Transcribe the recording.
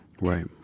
Right